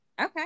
Okay